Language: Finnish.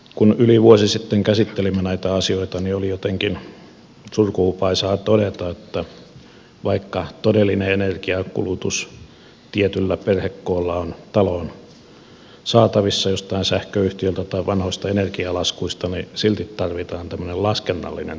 kun yli vuosi sitten käsittelimme näitä asioita oli jotenkin surkuhupaisaa todeta että vaikka todellinen energiankulutus tietyllä perhekoolla on taloon saatavissa jostain sähköyhtiöstä tai vanhoista energialaskuista niin silti tarvitaan tämmöinen laskennallinen todistus